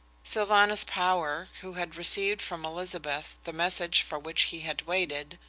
sylvanus power, who had received from elizabeth the message for which he had waited,